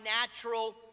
natural